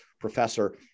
professor